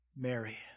Mary